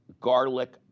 garlic